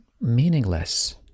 meaningless